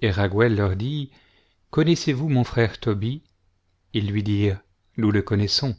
et raguel leur dit connaissez-vous mon frère tobie ils lui dirent nous le coiiaaissons